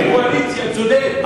קואליציה צודקת.